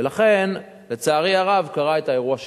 ולכן לצערי הרב קרה האירוע שקרה.